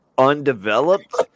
undeveloped